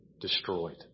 destroyed